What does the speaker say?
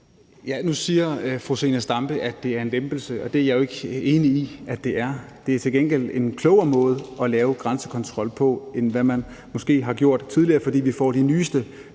(S): Nu siger fru Zenia Stampe, at det er en lempelse, og det er jeg jo ikke enig i at det er. Det er til gengæld en klogere måde at lave grænsekontrol på, end hvad man måske har gjort tidligere, fordi vi får de nyeste